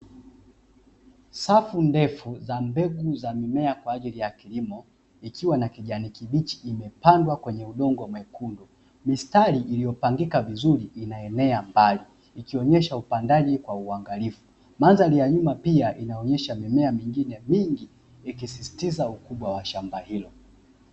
Safu ndefu za mbegu za mimea kwaajili ya kilimo ikiwa na kijani kibichi imepandwa kwenye udongo mwekundu, mistari iliyo pangika vizuri inaenea mbali, ikionyesha upandaji kwa uangalifu, mandhari ya nyuma pia inaonyesha mimea mingine mingi ikisisitiza ukubwa wa shamba hilo.